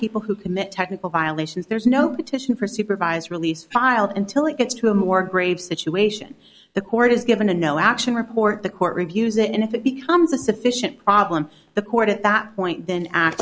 people who commit technical violations there's no petition for supervised release filed until it gets to a more grave situation the court is given a no action report the court reviews it in if it becomes a sufficient problem the court at that point then act